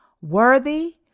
worthy